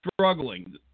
struggling